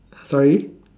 sorry